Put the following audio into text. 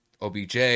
OBJ